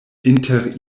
inter